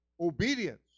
obedience